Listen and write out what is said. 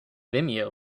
vimeo